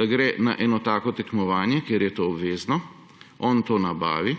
da gre na eno tako tekmovanje, kjer je to obvezno. On to nabavi,